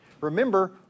remember